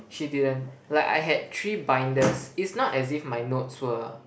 she didn't like I had three binders it's not as if my notes were